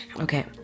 okay